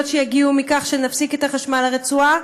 שיגיעו מכך שנפסיק את החשמל לרצועה,